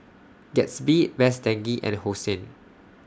Gatsby Best Denki and Hosen